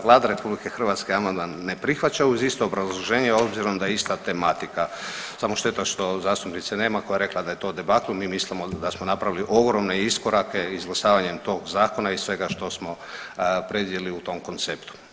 Vlada RH amandman ne prihvaća uz isto obrazloženje obzirom da je ista tematika, samo šteta što zastupnice nema koja je rekla da je to debakl, mi mislimo da smo napravili ogromne iskorake izglasavanjem toga Zakona i svega što smo predvidjeli u tom konceptu.